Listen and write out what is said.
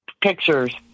pictures